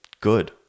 good